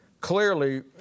Clearly